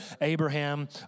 Abraham